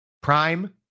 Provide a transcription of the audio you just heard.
Prime